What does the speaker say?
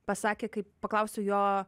pasakė kai paklausiau jo